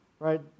right